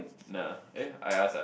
nah eh I ask ah